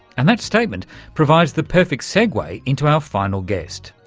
and that statement provides the perfect segue into our final guest,